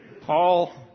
Paul